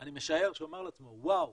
אני משער שהוא אמר לעצמו וואו,